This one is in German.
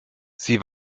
sie